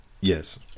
Yes